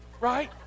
right